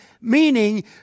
meaning